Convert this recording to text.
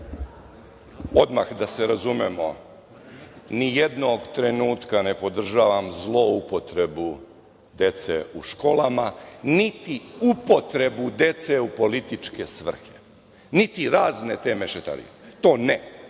odmah da se razumemo nijednog trenutka ne podržavam zloupotrebu dece u školama, niti upotrebu dece u političke svrhe, niti razne te mešetarije. To ne.